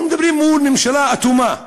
אנחנו מדברים מול ממשלה אטומה,